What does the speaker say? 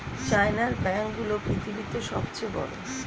চায়নার ব্যাঙ্ক গুলো পৃথিবীতে সব চেয়ে বড়